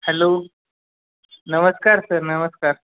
hello नमस्कार sir नमस्कार